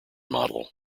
model